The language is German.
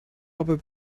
aber